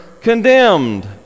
condemned